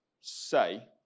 say